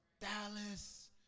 Dallas